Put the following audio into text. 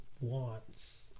wants